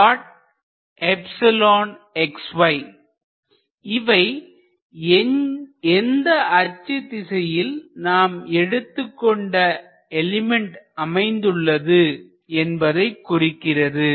எனவே இவை எந்த அச்சு திசையில் நாம் எடுத்துக்கொண்ட எலிமெண்ட் அமைந்துள்ளது என்பதை குறிக்கிறது